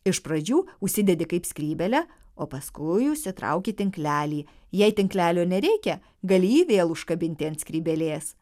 iš pradžių užsidedi kaip skrybėlę o paskui užsitrauki tinklelį jei tinklelio nereikia gali jį vėl užkabinti ant skrybėlės